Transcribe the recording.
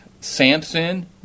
Samson